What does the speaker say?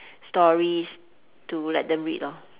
stories to let them read lor